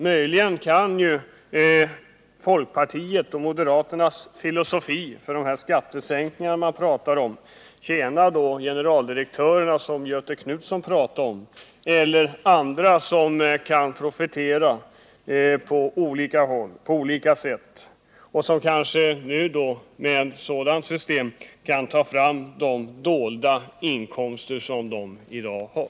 Möjligen kan de skattesänkningar som folkpartister och moderater talar om tjäna de generaldirektörer som Göthe Knutson talade om eller andra som kan profitera på olika sätt och som med ett sådant system kan ta fram de dolda inkomster som de i dag har.